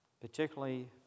particularly